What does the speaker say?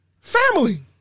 family